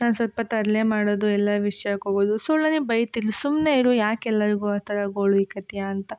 ನಾನು ಸ್ವಲ್ಪ ತರಲೆ ಮಾಡೋದು ಎಲ್ಲ ವಿಷ್ಯಕ್ಕೆ ಹೋಗೋದು ಸೊ ಅವ್ಳು ನನಗ್ ಬೈತಿದ್ದಳು ಸುಮ್ಮನೆ ಇರು ಯಾಕೆ ಎಲ್ಲರಿಗೂ ಆ ಥರ ಗೋಳು ಹೊಯ್ಕತಿಯಾ ಅಂತ